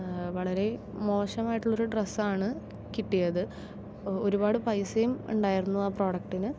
വളരെ മോശമായിട്ടുള്ള ഒരു ഡ്രസ്സ് ആണ് കിട്ടിയത് ഒരുപാട് പൈസയും ഉണ്ടായിരുന്നു ആ പ്രൊഡക്ടിന്